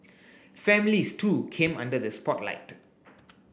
families too came under the spotlight